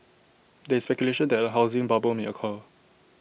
there is speculation that A housing bubble may occur